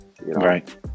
Right